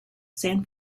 san